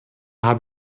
habe